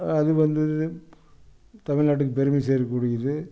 அது வந்து தமிழ்நாட்டுக்கு பெருமை சேர்க்கக்கூடியது